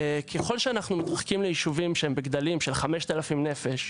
ככל שאנחנו מתרחקים ליישובים שהם בגדלים של 5,000 נפש,